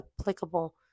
applicable